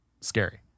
scary